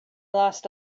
lost